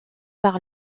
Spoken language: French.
par